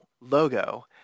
logo